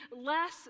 less